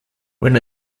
when